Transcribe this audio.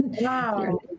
Wow